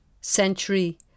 century